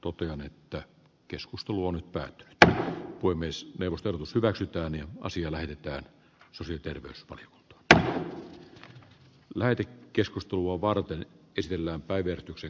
opin että keskustelu on että tämä voi myös neuvostoalus hyväksytään ja asia lähetetään susi törmäsi tähän löytyi keskustelua varten kysellään päivystyksen